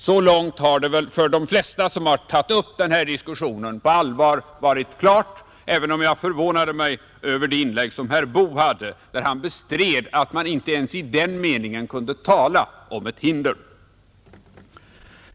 Så långt har väl saken för de flesta som på allvar tagit upp denna diskussion varit klar, även om jag förvånade mig över att herr Boo i sitt inlägg bestred att man ens i den meningen kunde tala om ett hinder.